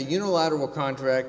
unilateral contract